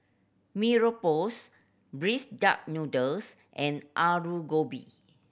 Mee Rebus braised duck noodles and Aloo Gobi